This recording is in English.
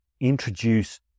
introduce